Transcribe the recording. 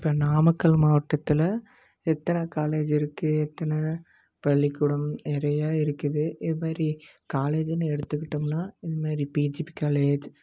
இப்போ நாமக்கல் மாவட்டத்தில் எத்தனை காலேஜ் இருக்குது எத்தனை பள்ளிக்கூடம் நிறையா இருக்குது இது மாரி காலேஜுன்னு எடுத்துக்கிட்டோம்னால் இது மாரி பிஜிபி காலேஜ்